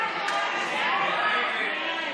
120) (תיקון מס'